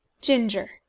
GINGER